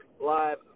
Live